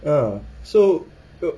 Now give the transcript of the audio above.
ah so